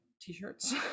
t-shirts